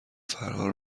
فرار